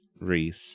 Reese